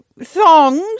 thongs